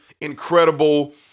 incredible